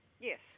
Yes